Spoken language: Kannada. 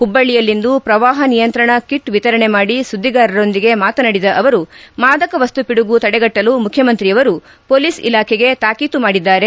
ಹುಬ್ಲಳ್ದಿಯಲ್ಲಿಂದು ಪ್ರವಾಪ ನಿಯಂತ್ರಣಾ ಕಿಟ್ ವಿತರಣೆ ಮಾಡಿ ಸುಧ್ಗಿಗಾರರೊಂದಿಗೆ ಮಾತನಾಡಿದ ಅವರು ಮಾದಕ ವಸ್ತು ಪಿಡುಗು ತಡೆಗಟ್ಟಲು ಮುಖ್ಯಮಂತ್ರಿಯವರು ಪೊಲೀಸ್ ಇಲಾಖೆಗೆ ತಾಕೀತು ಮಾಡಿದ್ದಾರೆ